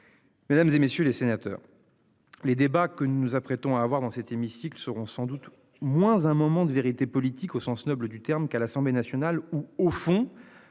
Mesdames, et messieurs les sénateurs. Les débats que nous nous apprêtons à à voir dans cet hémicycle seront sans doute moins un moment de vérité politique au sens noble du terme qu'à l'Assemblée nationale où au fond